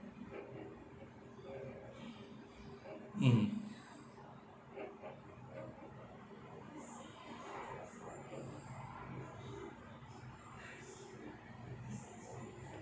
mm